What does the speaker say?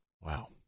Wow